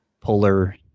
polar